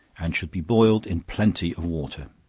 and should be boiled in plenty of water.